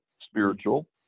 spiritual